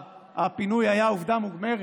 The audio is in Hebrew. כשהפינוי כבר היה עובדה מוגמרת.